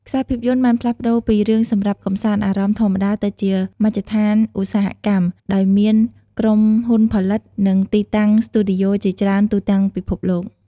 ខ្សែភាពយន្តបានផ្លាស់ប្តូរពីរឿងសម្រាប់កំសាន្តអារម្មណ៌ធម្មតា ទៅជាមជ្ឈដ្ឋានឧស្សាហកម្ម ដោយមានក្រុមហ៊ុនផលិត និង ទីតាំងស្ទូឌីយោជាច្រើនទូទាំងពិភពលោក។